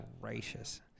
gracious